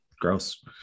Gross